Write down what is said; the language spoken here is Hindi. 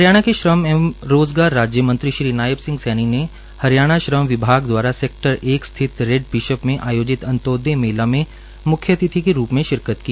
हरियाणा के श्रम एवं रोजगार राज्य मंत्री श्री नायब सिंह सैनी ने हरियाणा श्रम विभाग द्वारा सेक्टर एक स्थित रेड बिशप में आयोजित अंत्योदय मेला में म्ख्यातिथि के रूप में शिरकत की